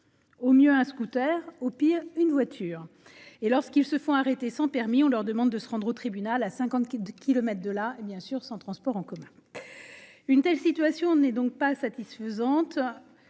au mieux un scooter, au pire une voiture. Et lorsqu'ils se font arrêter sans permis, on leur demande de se rendre au tribunal, à 50 kilomètres de là, sans transport en commun ... Une telle situation n'est pas satisfaisante